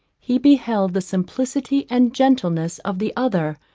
he beheld the simplicity and gentleness of the other,